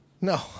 no